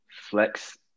flex